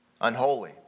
unholy